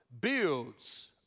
builds